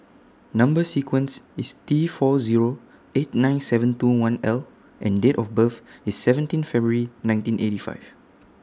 Number sequence IS T four Zero eight nine seven two one L and Date of birth IS seventeen February nineteen eighty five